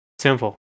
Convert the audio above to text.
simple